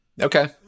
Okay